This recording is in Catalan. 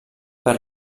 per